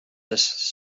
sest